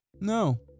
No